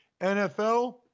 NFL